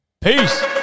Peace